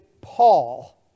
Paul